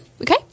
Okay